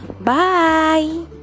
Bye